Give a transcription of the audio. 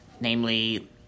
Namely